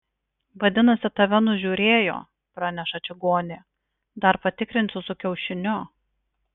vadinasi tave nužiūrėjo praneša čigonė dar patikrinsiu su kiaušiniu